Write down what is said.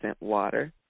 water